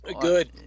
Good